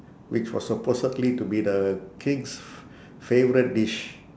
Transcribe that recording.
which was supposedly to be the king's f~ favourite dish